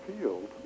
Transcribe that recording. field